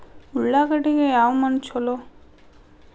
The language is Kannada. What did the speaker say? ಉಳ್ಳಾಗಡ್ಡಿಗೆ ಯಾವ ಮಣ್ಣು ಛಲೋ?